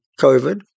COVID